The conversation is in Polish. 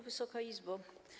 Wysoka Izbo!